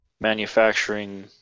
manufacturing